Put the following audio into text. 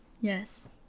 Yes